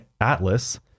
atlas